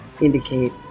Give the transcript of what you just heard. indicate